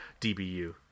DBU